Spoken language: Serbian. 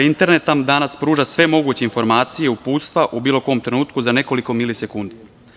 Internet nam danas pruža sve moguće informacije i uputstva u bilo kom trenutku za nekoliko milisekundi.